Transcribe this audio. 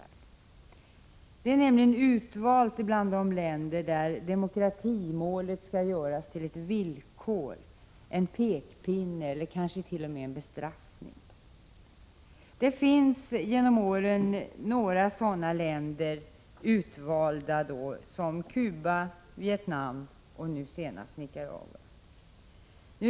Nicaragua är nämligen utvalt bland de länder där demokratimålet skall göras till ett villkor, en pekpinne eller kanske t.o.m. en bestraffning. Några sådana länder har valts ut genom åren —- Cuba, Vietnam och nu senast Nicaragua.